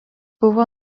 buvo